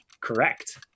Correct